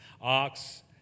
ox